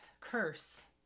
Curse